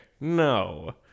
No